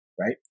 right